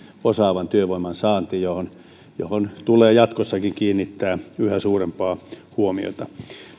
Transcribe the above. osaavan työvoiman saanti johon johon tulee jatkossakin kiinnittää yhä suurempaa huomiota